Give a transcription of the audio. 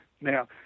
Now